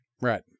Right